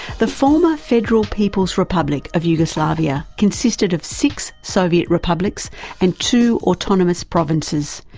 the former federal people's republic of yugoslavia consisted of six soviet republics and two autonomous provinces.